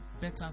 better